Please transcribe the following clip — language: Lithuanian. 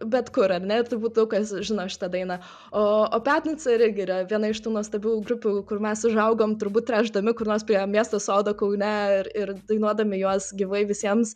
bet kur ar ne ir turbūt daug kas žino šitą dainą o o piatnica irgi yra viena iš tų nuostabių grupių kur mes užaugom turbūt tręšdami kur nors prie miesto sodo kaune ir ir dainuodami juos gyvai visiems